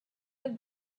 have